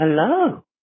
hello